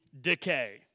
decay